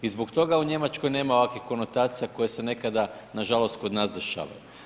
I zbog toga u Njemačkoj nema ovakvih konotacija koje se nekada nažalost kod nas dešavaju.